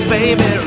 baby